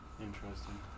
interesting